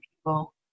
people